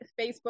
Facebook